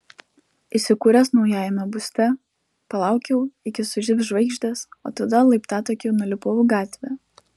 įsikūręs naujajame būste palaukiau iki sužibs žvaigždės o tada laiptatakiu nulipau į gatvę